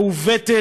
ומעוותת,